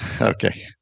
Okay